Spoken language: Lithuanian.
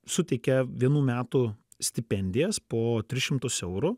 suteikia vienų metų stipendijas po tris šimtus eurų